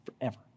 forever